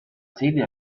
sede